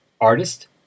artist